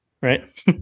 right